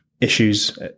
issues